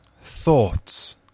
thoughts